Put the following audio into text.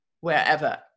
wherever